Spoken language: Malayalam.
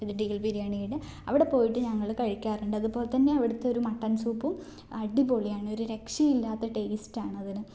ദിൻടികൾ ബിരിയാണീടെ അവിടെ പോയിട്ട് ഞങ്ങൾ കഴിക്കാറുണ്ട് അതുപോലെ തന്നെ അവിടുത്തെ ഒരു മട്ടൻ സൂപ്പും അടിപൊളിയാണ് ഒരു രക്ഷയും ഇല്ലാത്ത ടേസ്റ്റാണ് അതിന്